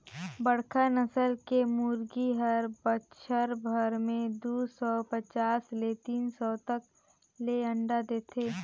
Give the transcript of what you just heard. बड़खा नसल के मुरगी हर बच्छर भर में दू सौ पचास ले तीन सौ तक ले अंडा देथे